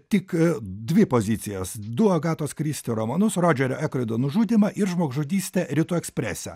tik dvi pozicijas du agatos kristi romanus rodžerio ekroido nužudymą ir žmogžudystę rytų eksprese